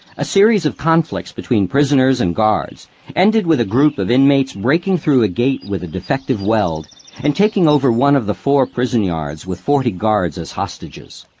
a series of conflicts between prisoners and guards ended with a group of inmates breaking through a gate with a defective weld and taking over one of the four prison yards, with forty guards as hostages.